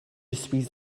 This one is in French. suis